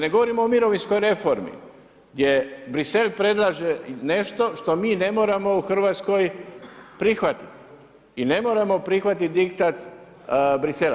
Ne govorimo o mirovinskoj reformi gdje Bruxelles predlaže nešto što mi ne moramo u Hrvatskoj prihvatiti i ne moramo prihvatiti diktat Bruxellesa.